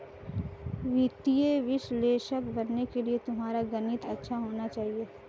वित्तीय विश्लेषक बनने के लिए तुम्हारा गणित अच्छा होना चाहिए